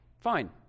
Fine